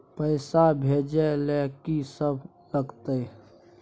पैसा भेजै ल की सब लगतै?